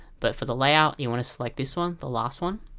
but for the layout, you want to select this one. the last one